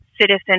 citizen